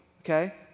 Okay